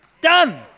Done